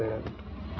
त